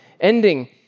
ending